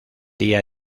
día